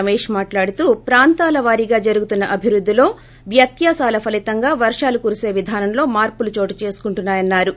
రమేష్ మాట్లాడుతూ ప్రాంతాల వారీగా జరుగుతున్న అభివృద్దిలో వ్యత్యాసాల ఫలీతంగా వర్షాలు కురిసే విధానంలో మార్పులు చోటు చేసుకుంటున్నాయన్నారు